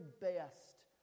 best